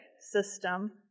system